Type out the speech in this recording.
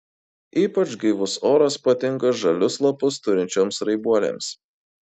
ypač gaivus oras patinka žalius lapus turinčioms raibuolėms